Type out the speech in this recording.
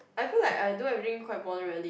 I feel like I do everything quite moderately